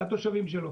זה התושבים שלו.